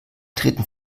treten